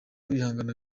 ibihangano